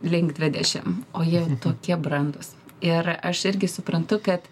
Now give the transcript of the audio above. link dvidešim o jie tokie brandūs ir aš irgi suprantu kad